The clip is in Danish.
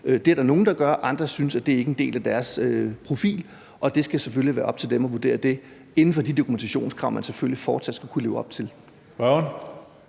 Det er der nogen der gør, og andre synes, at det ikke er en del af deres profil. Det skal selvfølgelig være op til dem at vurdere det inden for de dokumentationskrav, man selvfølgelig fortsat skal kunne leve op til.